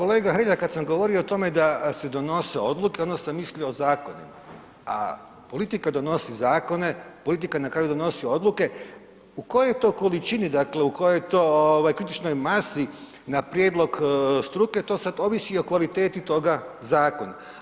Kolega Hrelja, kad sam govorio o tome da se donose odluke onda sam mislio o zakonima, a politika donosi zakone, politika na kraju donosi odluke, u kojoj to količini dakle, u kojoj to ovaj kritičnoj masi na prijedlog struke to sad ovisi o kvaliteti toga zakona.